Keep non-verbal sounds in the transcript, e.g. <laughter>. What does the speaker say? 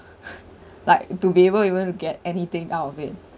<laughs> like to waiver even to get anything out of it